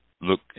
look